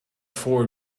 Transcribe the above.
four